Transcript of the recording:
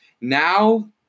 Now